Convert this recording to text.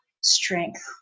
strength